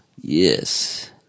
Yes